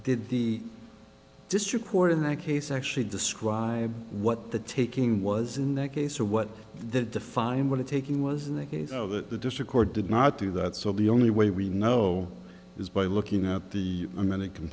did the district court in that case actually describe what the taking was in that case or what that defined what it taking was in the case of it the district court did not do that so the only way we know is by looking at the